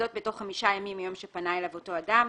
וזאת בתוך 5 ימים מיום שפנה אליו אותו אדם.